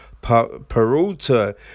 Peralta